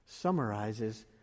summarizes